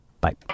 bye